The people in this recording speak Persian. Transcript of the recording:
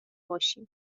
باشیم